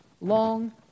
long